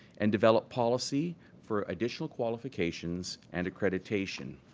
and developed policy for additional qualifications and accreditation.